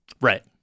right